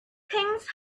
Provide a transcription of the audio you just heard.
things